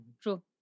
True